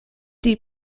die